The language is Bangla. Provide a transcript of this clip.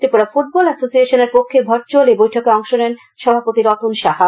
ত্রিপুরা ফুটবল এসোসিয়েশনের পক্ষে ভার্চুয়াল এই বৈঠকে অংশ নেন সভাপতি রতন সাহা